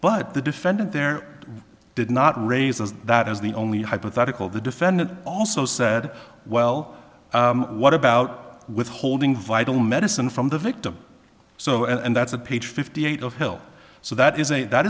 but the defendant there did not raise as that is the only hypothetical the defendant also said well what about withholding vital medicine from the victim so and that's a page fifty eight of hill so that is a that